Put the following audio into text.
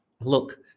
look